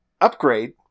upgrade